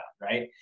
right